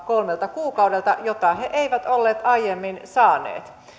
kolmelta kuukaudelta täyttä palkkaa jota he eivät olleet aiemmin saaneet